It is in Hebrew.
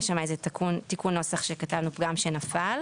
היה שם איזה תיקון נוסח שכתבנו גם שנפל.